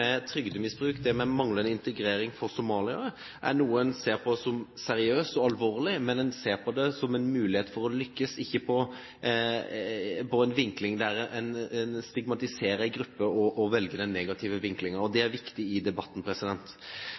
trygdemisbruk og manglende integrering for somaliere som seriøst og alvorlig, men en ser på det som en mulighet for å lykkes og har ikke en vinkling der en stigmatiserer grupper og velger den negative vinklingen. Det er viktig i debatten.